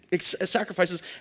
sacrifices